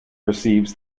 receives